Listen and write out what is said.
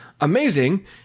amazing